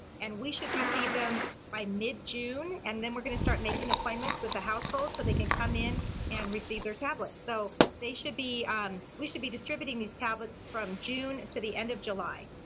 and we should receive them by mid-june, and then we're going to start making appointments with the household so they can come in and receive their tablets. so they should be um we should be distributing these tablets from june to the end of july.